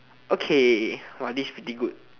okay !wow! this pretty good